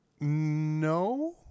No